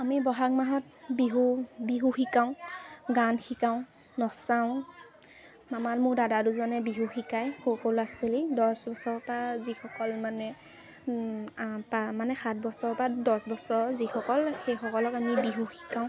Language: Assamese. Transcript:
আমি ব'হাগ মাহত বিহু বিহু শিকাওঁ গান শিকাওঁ নচাওঁ আমাৰ মোৰ দাদা দুজনে বিহু শিকায় সৰু ল'ৰা ছোৱালীক দহ বছৰ পৰা যিসকল মানে পা মানে সাত বছৰৰ পৰা দহ বছৰৰ যিসকল সেইসকলক আমি বিহু শিকাওঁ